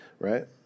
right